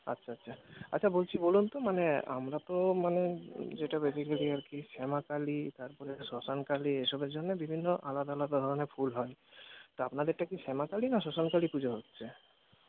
আচ্ছা আচ্ছা আচ্ছা বলছি বলুন তো মানে আমরা তো মানে যেটা বেসিকালি আরকি শ্যামা কালী তারপরে শ্মশান কালী এইসবের জন্য বিভিন্ন আলাদা আলাদা ধরনের ফুল হয় তো আপনাদেরটা কি শ্যামা কালী না শ্মশান কালী পুজো হচ্ছে